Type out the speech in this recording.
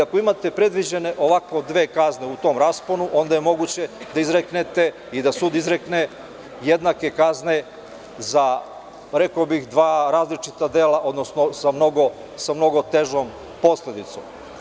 Ako imate predviđene dve kazne u tom rasponu, onda je moguće da sud izrekne jednake kazne za, rekao bih, dva različita dela, odnosno sa mnogo težom posledicom.